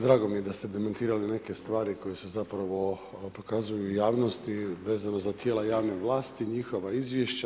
Drago mi je da ste demantirali neke stvari koje su zapravo pokazuju javnosti vezano za tijela javne vlasti, njihova izvješća.